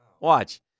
Watch